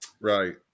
Right